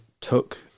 took